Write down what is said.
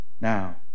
now